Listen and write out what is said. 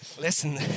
listen